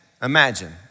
Imagine